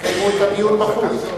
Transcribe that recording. תגמרו את הדיון בחוץ.